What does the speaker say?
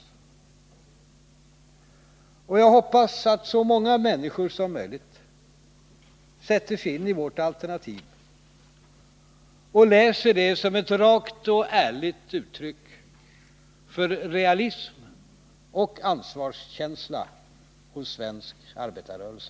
Och jag hoppas att så många människor som möjligt sätter sig in i vårt alternativ och läser det som ett rakt och ärligt uttryck för realism och ansvarskänsla hos svensk arbetarrörelse.